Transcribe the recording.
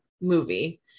movie